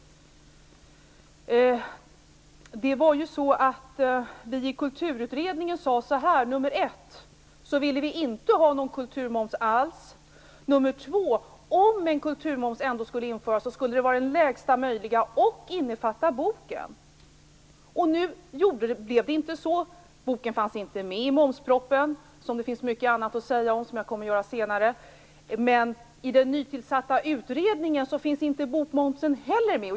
Vi i Kulturutredningen sade ju för det första att vi inte ville ha någon kulturmoms alls och för det andra att en kulturmoms, om den nu ändå skulle införas, skulle vara den lägsta möjliga och innefatta boken. Nu blev det inte så. Boken fanns inte med i momspropositionen - som det finns mycket annat att säga om, vilket jag kommer att göra senare - och i den nytillsatta utredningen finns inte bokmomsen heller med.